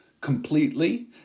completely